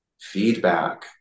feedback